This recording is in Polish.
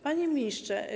Panie Ministrze!